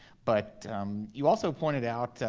but you also pointed out,